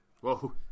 Whoa